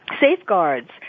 safeguards